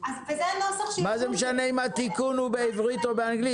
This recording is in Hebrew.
מה זה משנה אם התיקון הוא בעברית או באנגלית?